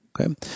Okay